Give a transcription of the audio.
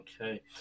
Okay